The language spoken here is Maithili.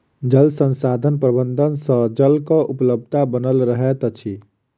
जल संसाधन प्रबंधन सँ जलक उपलब्धता बनल रहैत अछि